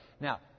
Now